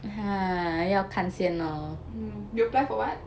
you apply for what